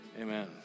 Amen